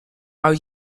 are